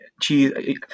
cheese